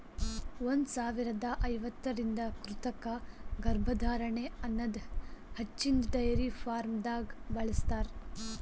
ಒಂದ್ ಸಾವಿರದಾ ಐವತ್ತರಿಂದ ಕೃತಕ ಗರ್ಭಧಾರಣೆ ಅನದ್ ಹಚ್ಚಿನ್ದ ಡೈರಿ ಫಾರ್ಮ್ದಾಗ್ ಬಳ್ಸತಾರ್